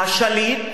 השליט,